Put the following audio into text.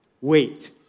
Wait